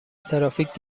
ترافیک